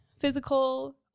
physical